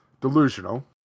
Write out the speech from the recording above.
delusional